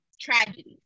tragedies